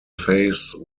face